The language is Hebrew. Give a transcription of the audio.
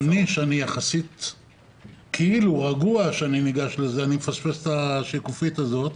אני יחסית כאילו רגוע כשאני ניגש לזה ואני מפספס את השקופית הזאת.